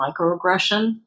microaggression